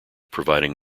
providing